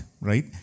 right